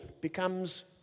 becomes